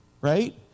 right